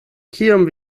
kiom